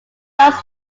does